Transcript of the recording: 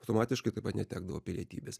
automatiškai taip pat netekdavo pilietybės